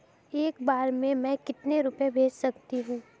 एक बार में मैं कितने रुपये भेज सकती हूँ?